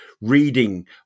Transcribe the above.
reading